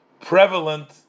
prevalent